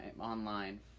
online